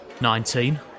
Nineteen